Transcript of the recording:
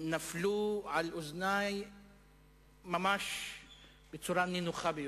נפלו על אוזני ממש בצורה נינוחה ביותר.